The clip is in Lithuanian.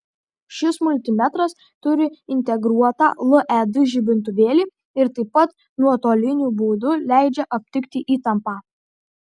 šis multimetras turi integruotą led žibintuvėlį ir taip pat nuotoliniu būdu leidžia aptikti įtampą